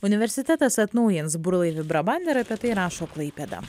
universitetas atnaujins burlaivį brabander ir apie tai rašo klaipėda